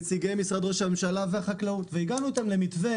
נציגי משרד ראש הממשלה והחקלאות והגענו איתם למתווה